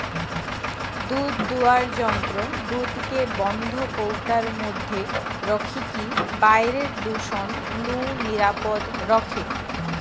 দুধদুয়ার যন্ত্র দুধকে বন্ধ কৌটার মধ্যে রখিকি বাইরের দূষণ নু নিরাপদ রখে